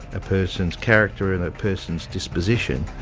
a person's character, and a person's disposition,